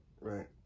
right